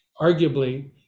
arguably